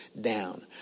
down